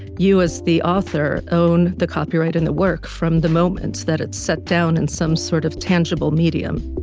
you as the author own the copyright in the work from the moments that it's set down in some sort of tangible medium